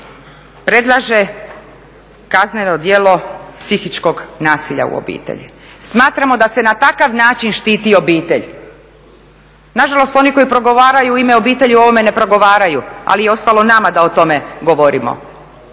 predlaže kazneno djelo psihičkog nasilja u obitelji. Smatramo da se na takav način štiti obitelj. Nažalost oni koji progovaraju u ime obitelji o ovome ne progovaraju ali je ostalo nama da o tome govorimo.